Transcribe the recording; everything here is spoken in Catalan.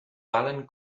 valen